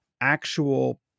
actual